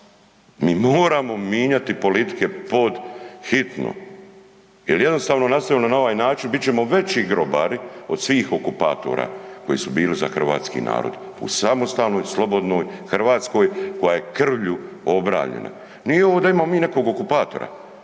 Mi moramo minjati politike pod hitno jel jednostavno nastavimo li na ovaj način bit ćemo veći grobari od svih okupatora koji su bili za hrvatski narod u samostalnoj slobodnoj Hrvatskoj koja je krvlju obranjena. Nije ovo da imamo mi nekog okupatora,